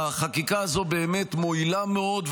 החקיקה הזו באמת מועילה מאוד,